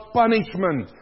punishment